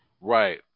Right